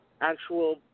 actual